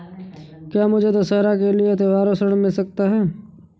क्या मुझे दशहरा के लिए त्योहारी ऋण मिल सकता है?